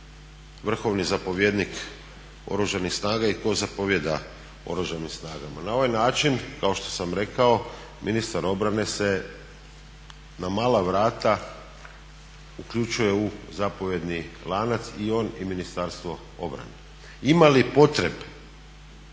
vrhovni zapovjednik Oružanih snaga i tko zapovijeda Oružanim snagama. Na ovaj način kao što sam rekao, ministar obrane se na mala vrata uključuje u zapovjedni lanac i on i Ministarstvo obrane. Ima li potrebe